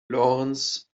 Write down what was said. lorenz